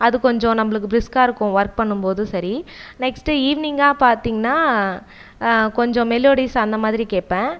அது கொஞ்சம் நம்பளுக்கு பிரிஸ்க்காகருக்கும் ஒர்க் பண்ணும் போதும் சரி நெக்ஸ்ட் ஈவினிங்கா பார்த்தீங்கனா கொஞ்சம் மெலோடிஸ் அந்த மாதிரி கேட்பேன்